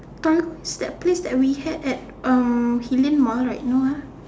Torigo that place that we had at um Hillion Mall right no ah